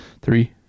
Three